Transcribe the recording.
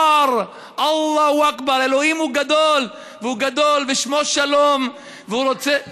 בואו להתפלל, בואו לעבוד את אלוהים.